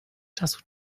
czasu